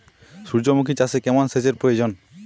সূর্যমুখি চাষে কেমন সেচের প্রয়োজন?